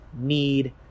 need